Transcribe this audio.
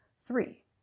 Three